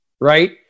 right